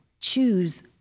choose